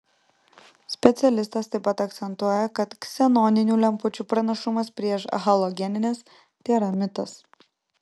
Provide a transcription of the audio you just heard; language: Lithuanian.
specialistas taip pat akcentuoja kad ksenoninių lempučių pranašumas prieš halogenines tėra mitas